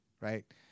Right